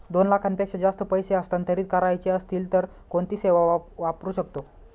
दोन लाखांपेक्षा जास्त पैसे हस्तांतरित करायचे असतील तर कोणती सेवा वापरू शकतो?